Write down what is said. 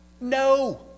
No